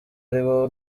aribo